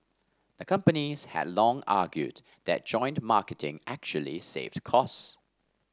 a companies had long argued that joint marketing actually saved cost